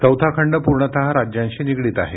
चौथा खंड पूर्णतः राज्यांशी निगडित आहे